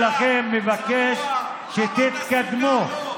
הציבור שלכם מבקש שתתקדמו.